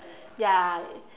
ya